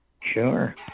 Sure